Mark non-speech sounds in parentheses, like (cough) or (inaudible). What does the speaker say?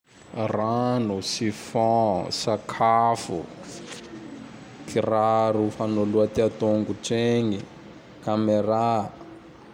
(noise) Rano, (noise) Sifon, (noise) Sakafo, (noise) Kiraro fanoloa ty atongotsy egny, (noise) Caméra.